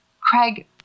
Craig